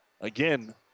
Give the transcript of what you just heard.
Again